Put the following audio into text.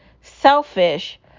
selfish